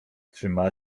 trzyma